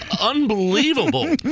unbelievable